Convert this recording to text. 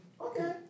Okay